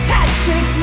Patrick